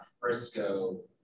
Frisco